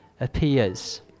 appears